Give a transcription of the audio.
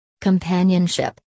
Companionship